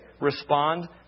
Respond